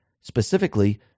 specifically